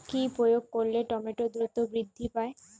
কি প্রয়োগ করলে টমেটো দ্রুত বৃদ্ধি পায়?